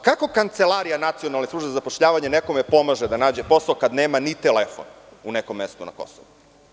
Kako kancelarija Nacionalne službe za zapošljavanje nekome pomaže da nađe posao kada nema ni telefon u nekom mestu na Kosovu?